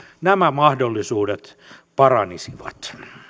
nämä mahdollisuudet paranisivat